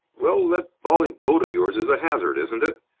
well, that bally boat of yours is a hazard, isn't it?